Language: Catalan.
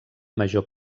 major